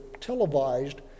televised